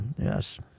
yes